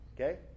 okay